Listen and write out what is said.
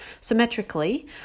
symmetrically